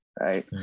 right